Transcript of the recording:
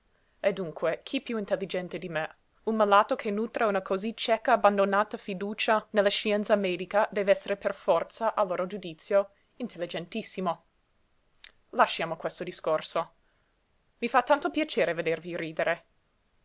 e dunque chi piú intelligente di me un malato che nutra una cosí cieca abbandonata fiducia nella scienza medica dev'essere per forza a loro giudizio intelligentissimo lasciamo questo discorso i fa tanto piacere vedervi ridere